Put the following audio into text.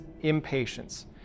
impatience